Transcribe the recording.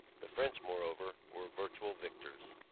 the french, moreover, were virtual victors.